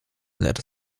lecz